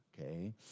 okay